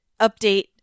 update